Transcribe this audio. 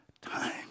time